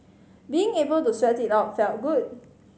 being able to sweat it out felt good